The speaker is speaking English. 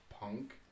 punk